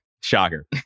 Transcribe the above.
Shocker